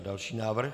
Další návrh.